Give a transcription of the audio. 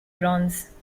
bronze